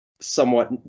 somewhat